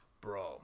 Bro